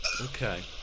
Okay